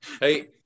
Hey